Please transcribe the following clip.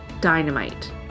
dynamite